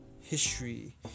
history